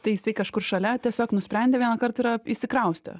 tai jisai kažkur šalia tiesiog nusprendė vieną kart ir įsikraustė